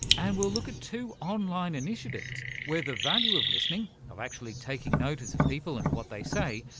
and we'll look at two online initiatives where the value of listening, of actually taking notice of people and what they say,